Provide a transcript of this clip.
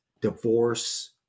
divorce